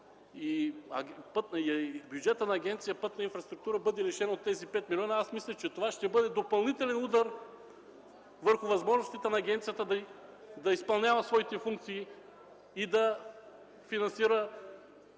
и бюджетът на Агенция „Пътна инфраструктура” бъде лишен от тези 5 милиона, аз мисля, че това ще бъде допълнителен удар върху възможностите на агенцията да изпълнява своите функции и да финансира